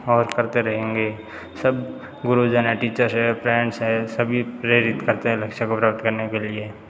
और करते रहेंगे सब गुरूजन है टीचर है फ्रेंड्स है सभी प्रेरित करते हैं लक्ष्य को प्राप्त करने के लिए